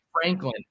Franklin